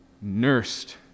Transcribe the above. nursed